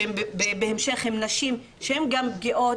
שבהמשך הן נשים פגיעות,